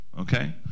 Okay